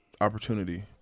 opportunity